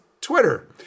Twitter